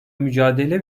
mücadele